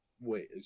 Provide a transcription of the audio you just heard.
Wait